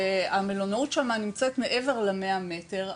והמלונאות שם נמצאת מעבר ל-100 מטר,